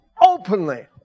openly